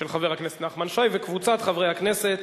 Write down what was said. של חבר הכנסת נחמן שי וקבוצת חברי הכנסת.